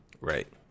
Right